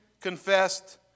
confessed